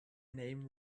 name